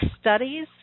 studies